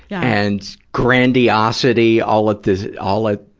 yeah and grandiosity all at the, all at,